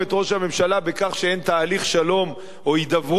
הממשלה בכך שאין תהליך שלום או הידברות,